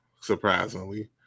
surprisingly